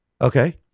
Okay